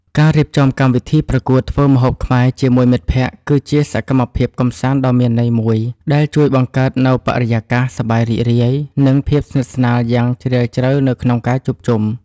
ការរៀបចំកម្មវិធីប្រកួតធ្វើម្ហូបខ្មែរជាមួយមិត្តភក្តិ គឺជាសកម្មភាពកម្សាន្តដ៏មានន័យមួយ ដែលជួយបង្កើតនូវបរិយាកាសសប្បាយរីករាយ និងភាពស្និទ្ធស្នាលយ៉ាងជ្រាលជ្រៅនៅក្នុងការជួបជុំ។